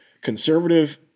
conservative